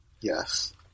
Yes